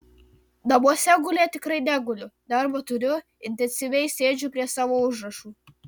namuose gulėt tikrai neguliu darbo turiu intensyviai sėdžiu prie savo užrašų